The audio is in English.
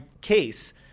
case